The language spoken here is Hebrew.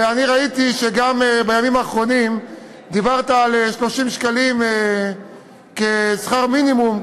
ואני ראיתי שבימים האחרונים גם דיברת על 30 שקלים כשכר מינימום,